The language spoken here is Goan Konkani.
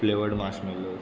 flavoured marshmallows